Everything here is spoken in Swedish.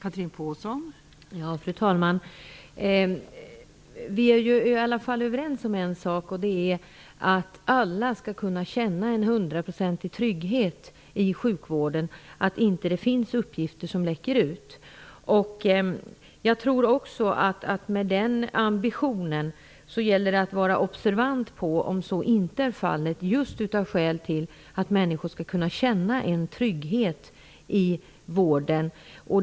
Fru talman! Vi är i alla fall överens om en sak, och det är att alla i sjukvården skall kunna känna en hundraprocentig trygghet för att uppgifter inte läcker ut. Om man har den ambitionen gäller det också att vara observant på om detta inte är fallet, just av det skälet att människor skall kunna känna en trygghet i vården.